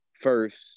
first